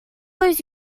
lose